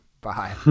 Bye